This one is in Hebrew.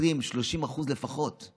20% 30% לפחות,